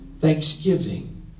thanksgiving